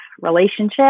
relationship